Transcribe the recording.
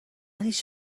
هیچ